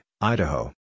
Idaho